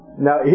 Now